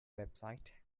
website